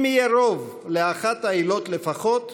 אם יהיה רוב לאחת העילות לפחות,